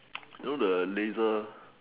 you know the laser